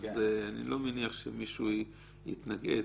אני לא מניח שמישהו יתנגד.